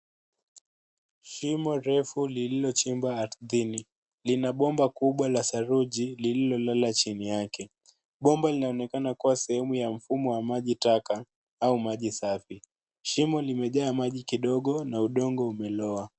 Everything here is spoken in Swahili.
Shimo refu lililochimba ardhini lina bomba kubwa la saruji lililolala chini yake. Bomba linaonekana kuwa sehemu ya mfumo wa maji taka au maji safi. Shimo limejaa maji kidogo na udongo umelowa.